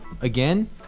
again